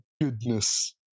goodness